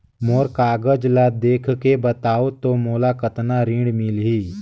मोर कागज ला देखके बताव तो मोला कतना ऋण मिलही?